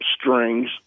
strings